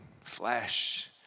flesh